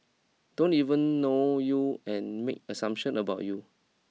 don't even know you and make assumptions about you